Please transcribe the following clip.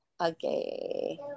okay